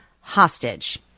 hostage